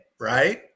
right